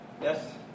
Yes